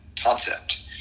concept